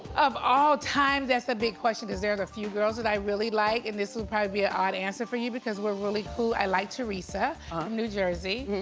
of all time, that's a big question cause there's a few girls that i really like, and this would probably be an odd answer for you because we're really cool, i like teresa from new jersey,